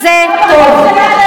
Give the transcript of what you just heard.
וזה טוב.